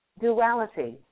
duality